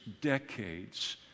decades